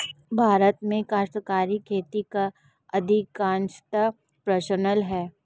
भारत में काश्तकारी खेती का अधिकांशतः प्रचलन है